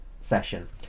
session